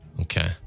Okay